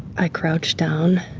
i crouch down,